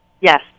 yes